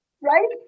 Right